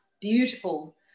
beautiful